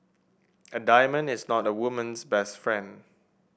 a diamond is not a woman's best friend